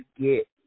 get